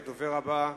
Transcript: הדובר הבא,